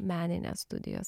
meninės studijos